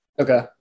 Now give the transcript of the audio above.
Okay